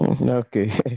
Okay